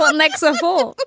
but next level.